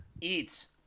Eats